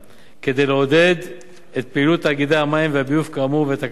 כדי לעודד את פעילות תאגידי המים והביוב כאמור ואת ההקמה של